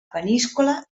peníscola